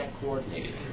coordinated